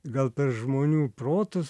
gal per žmonių protus